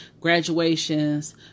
graduations